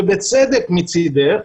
ובצדק מצידך,